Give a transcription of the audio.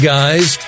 Guys